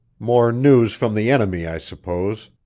more news from the enemy, i suppose.